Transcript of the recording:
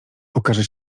okaże